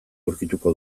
aurkituko